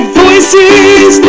voices